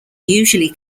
usually